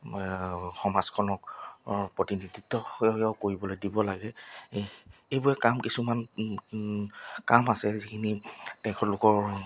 সমাজখনক প্ৰতিনিধিত্বও কৰিবলৈ দিব লাগে এই এইবোৰে কাম কিছুমান কাম আছে যিখিনি তেখেতলোকৰ